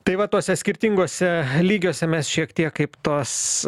tai va tuose skirtinguose lygiuose mes šiek tiek kaip tos